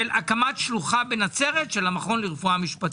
הקמת שלוחה בנצרת של המכון לרפואה משפטית.